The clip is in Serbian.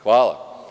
Hvala.